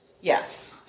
Yes